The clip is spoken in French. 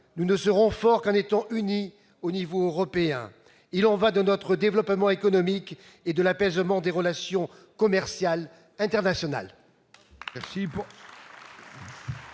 Nous ne serons forts qu'en étant unis au niveau européen. Il y va de notre développement économique et de l'apaisement des relations commerciales internationales.